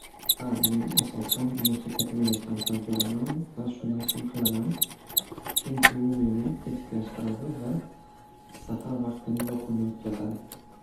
Xa men asosan musiqa tinglashni afzal ko'raman va shunday ham qilaman chunki u meni tetiklashtiradi va safar vaqtini yoqimli o'tkazadi.